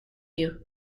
you